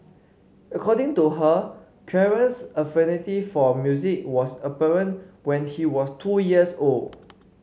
according to her Clarence's affinity for music was apparent when he was two years old